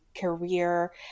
career